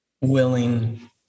willing